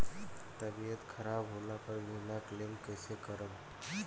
तबियत खराब होला पर बीमा क्लेम कैसे करम?